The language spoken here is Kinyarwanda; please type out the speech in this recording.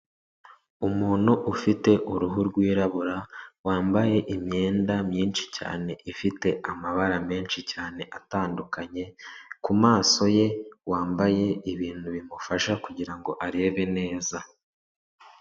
Umuntu ufite uruhu rwirabura wambaye imyenda myinshi cyane ifite amabara menshi cyane atandukanye, ku maso ye wambaye ibintu bimufasha kugira ngo arebe neza.